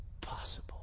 possible